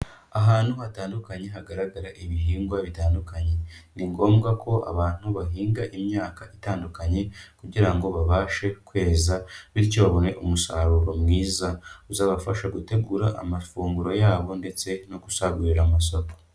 Ahantu hatandukanye hagaragara ibihingwa bitandukanye, ni ngombwa ko abantu bahinga imyaka itandukanye kugira ngo babashe kweza, bityo babone umusaruro mwiza, uzabafasha gutegura amafunguro yabo ndetse no gusagurira amasoko.